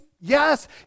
yes